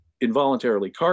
involuntarily